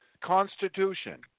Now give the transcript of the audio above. Constitution